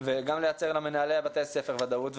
גם לייצר למנהלי בתי הספר ודאות,